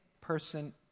person